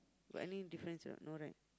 got any difference or not no right